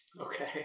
Okay